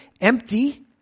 empty